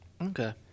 Okay